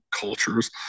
cultures